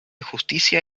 justicia